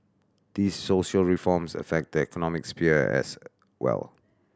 these social reforms affect the economic sphere as well